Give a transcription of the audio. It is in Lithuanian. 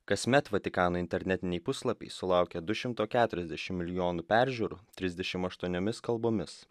kasmet vatikano internetiniai puslapiai sulaukia du šimtai keturiasdešimt milijonų peržiūrų trisdešimt aštuoniomis kalbomis